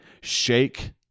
shake